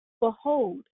behold